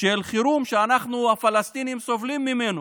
של חירום שאנחנו הפלסטינים סובלים ממנו,